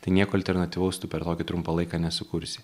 tai nieko alternatyvaus tu per tokį trumpą laiką nesukursi